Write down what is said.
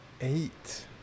Eight